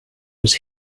was